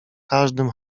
każdym